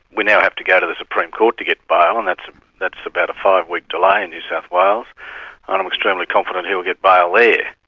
we now have to go to the supreme court to get bail and that's that's about a five-week delay in new south wales. and i'm extremely confident he'll get bail there.